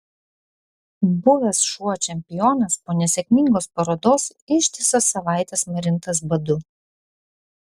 buvęs šuo čempionas po nesėkmingos parodos ištisas savaites marintas badu